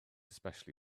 especially